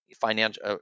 financial